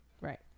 right